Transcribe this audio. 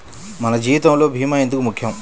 మన జీవితములో భీమా ఎందుకు ముఖ్యం?